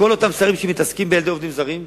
כל אותם שרים שמתעסקים בילדי עובדים זרים,